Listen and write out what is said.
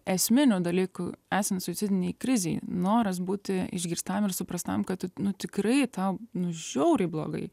esminių dalykų esant suicidinei krizei noras būti išgirstam ir suprastam kad nu tikrai tau nu žiauriai blogai